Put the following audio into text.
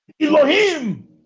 Elohim